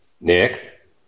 Nick